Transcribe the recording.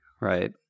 right